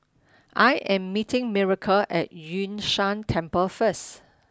I am meeting Miracle at Yun Shan Temple first